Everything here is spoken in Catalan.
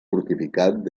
fortificat